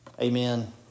Amen